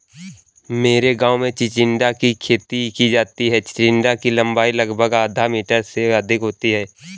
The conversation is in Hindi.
मेरे गांव में चिचिण्डा की खेती की जाती है चिचिण्डा की लंबाई लगभग आधा मीटर से अधिक होती है